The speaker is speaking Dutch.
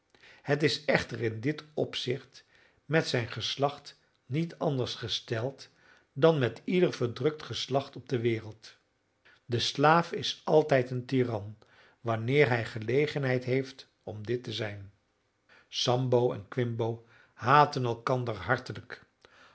het is echter in dit opzicht met zijn geslacht niet anders gesteld dan met ieder verdrukt geslacht op de wereld de slaaf is altijd een tiran wanneer hij gelegenheid heeft om dit te zijn sambo en quimbo haatten elkander hartelijk